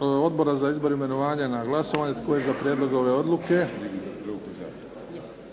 Odbor za izbor imenovanja na glasovanje. Tko je za prijedlog ove odluke?